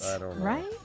Right